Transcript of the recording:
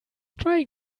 trying